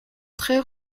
très